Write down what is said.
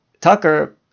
Tucker